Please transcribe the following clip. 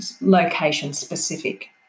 location-specific